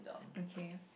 okay